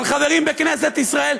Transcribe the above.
אבל חברים בכנסת ישראל,